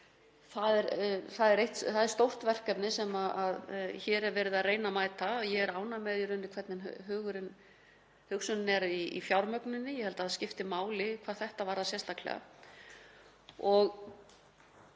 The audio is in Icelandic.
Það er stórt verkefni sem hér er verið að reyna að mæta. Ég er ánægð með hvernig hugsunin er í fjármögnuninni. Ég held að það skipti máli hvað þetta varðar sérstaklega og